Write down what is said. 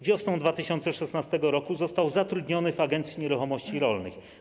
Wiosną 2016 r. został zatrudniony w Agencji Nieruchomości Rolnych.